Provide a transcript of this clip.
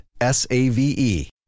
S-A-V-E